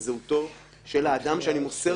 זאת לא אשמת החשוד,